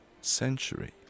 century